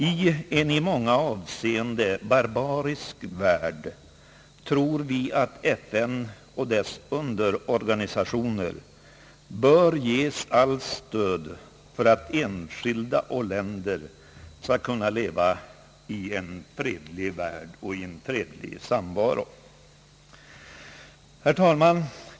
I en i många avseenden barbarisk värld tror vi att FN och dess underorganisationer bör ges allt stöd för att enskilda och länder skall kunna leva i en fredlig värld och i en fredlig samvaro. Herr talman!